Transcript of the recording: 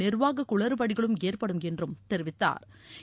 நிர்வாக குளறுபடிகளும் ஏற்படும் என்றும் தெரிவித்தாா்